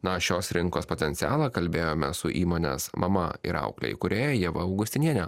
na šios rinkos potencialą kalbėjome su įmonės mama ir auklė įkūrėja ieva augustiniene